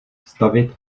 stavět